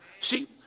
See